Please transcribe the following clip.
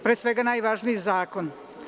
Pre svega najvažniji zakon.